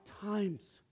times